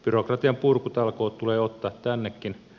byrokratian purkutalkoot tulee ottaa tännekin